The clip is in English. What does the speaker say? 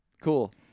Cool